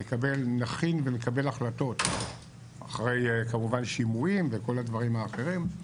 נכין ונקבל החלטות אחרי כמובן שימועים וכל הדברים האחרים.